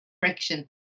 friction